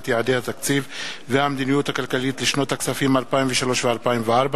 יעדי התקציב והמדיניות הכלכלית לשנות הכספים 2003 ו-2004)